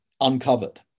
uncovered